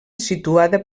situada